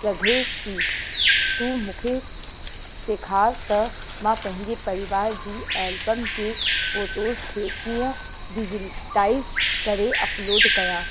सघे थी तू मूंखे सेखारु त मां पंहिंजे परिवार जी एल्बम जी फ़ोटोज़ खे कीअं डिजिटाइस करे अपलोड कयां